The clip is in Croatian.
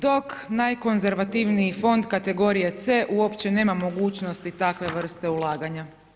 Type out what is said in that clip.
Dok najkonzervativniji fond kategorije C uopće nema mogućnosti takve vrste ulaganja.